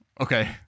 Okay